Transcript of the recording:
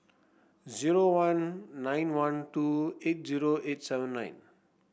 zero one nine one two eight zero eight seven nine